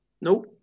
Nope